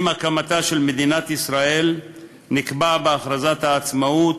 עם הקמתה של מדינת ישראל, נקבע בהכרזת העצמאות,